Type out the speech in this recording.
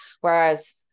Whereas